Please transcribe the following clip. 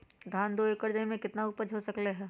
धान दो एकर जमीन में कितना उपज हो सकलेय ह?